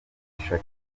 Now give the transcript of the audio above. shakira